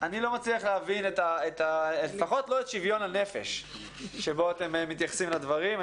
אני לא מצליח להבין את שוויון הנפש בו אתם מתייחסים לדברים.